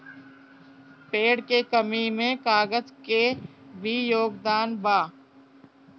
पेड़ के कमी में कागज के भी योगदान बा